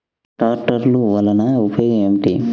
ట్రాక్టర్లు వల్లన ఉపయోగం ఏమిటీ?